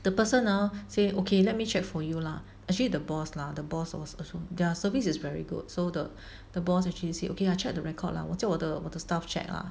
the person ah say okay let me check for you lah actually the boss lah the boss was also their service is very good so the the boss actually said okay I check the record lah 我叫我的 staff check lah